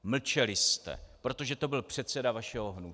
Mlčeli jste, protože to byl předseda vašeho hnutí!